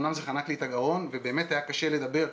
אמנם זה חנק לי את הגרון ובאמת היה קשה לדבר,